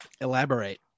Elaborate